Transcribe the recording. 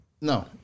No